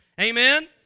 Amen